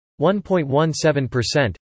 1.17%